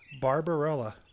Barbarella